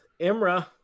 Imra